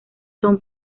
son